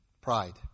pride